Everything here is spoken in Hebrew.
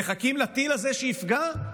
מחכים לטיל הזה שיפגע,